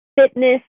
fitness